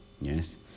Yes